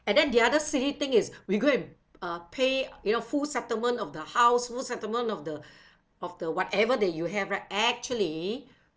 and then the other silly thing is we go and uh pay you know full settlement of the house full settlement of the of the whatever that you have right actually